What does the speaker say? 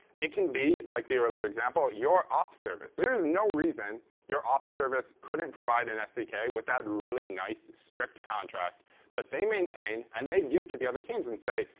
it can be, like the earlier example, your auth service. there is no reason your auth service couldn't provide an sdk with that really nice, strict contract that they maintain and they give to the other teams and say,